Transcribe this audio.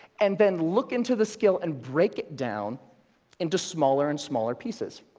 and then look into the skill and break it down into smaller and smaller pieces.